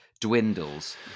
dwindles